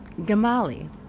Gamali